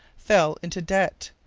fell into debt,